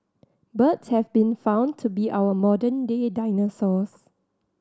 birds have been found to be our modern day dinosaurs